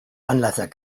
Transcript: anlasser